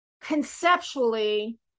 conceptually